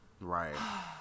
Right